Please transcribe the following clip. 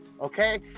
okay